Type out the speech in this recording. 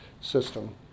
system